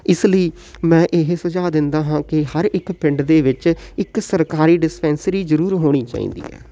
ਇਸ ਲਈ ਮੈਂ ਇਹ ਸੁਝਾਅ ਦਿੰਦਾ ਹਾਂ ਕਿ ਹਰ ਇੱਕ ਪਿੰਡ ਦੇ ਵਿੱਚ ਇੱਕ ਸਰਕਾਰੀ ਡਿਸਪੈਂਸਰੀ ਜ਼ਰੂਰ ਹੋਣੀ ਚਾਹੀਦੀ ਹੈ